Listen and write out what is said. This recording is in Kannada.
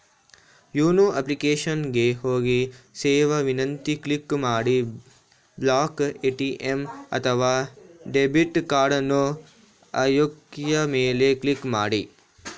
ಯೋನೋ ಅಪ್ಲಿಕೇಶನ್ ಗೆ ಹೋಗಿ ಸೇವಾ ವಿನಂತಿ ಕ್ಲಿಕ್ ಮಾಡಿ ಬ್ಲಾಕ್ ಎ.ಟಿ.ಎಂ ಅಥವಾ ಡೆಬಿಟ್ ಕಾರ್ಡನ್ನು ಆಯ್ಕೆಯ ಮೇಲೆ ಕ್ಲಿಕ್ ಮಾಡಿ